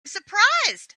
surprised